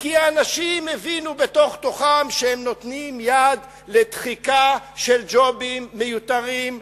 כי האנשים הבינו בתוך תוכם שהם נותנים יד לתחיקה של ג'ובים מיותרים,